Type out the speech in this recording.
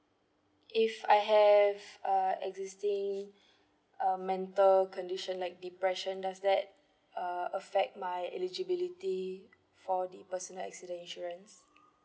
if I have uh existing um mental condition like depression does that uh affect my eligibility for the personal accident insurance